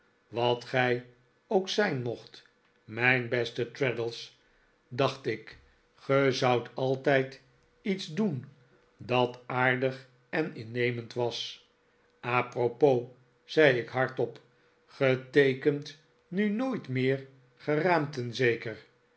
wat gij ook zijn mocht mijn beste traddles dacht ik ge zoudt altijd iets doen dat aardig en innemend was a propos zei ik hardop ge teekent nu nooit meer geraamten zeker